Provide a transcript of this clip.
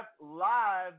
live